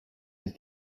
his